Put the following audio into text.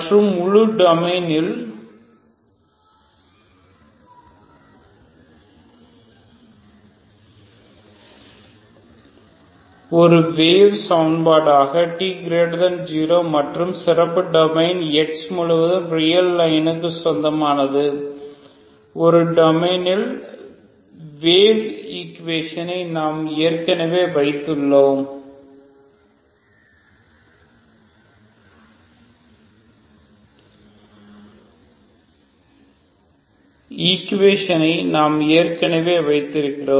மற்றும் முழு டொமைனில் ஒரு வேவ் சமன்பாடாக t 0 மற்றும் சிறப்பு டொமைன் x முழுவதும் ரியல் லைனுக்கு சொந்தமானது ஒரு டைமன்ஷன் வேவ் ஈக்குவேஷனை நாம் ஏற்கனவே வைத்திருக்கிறோம்